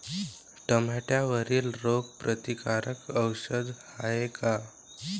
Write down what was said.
टमाट्यावरील रोग प्रतीकारक औषध हाये का?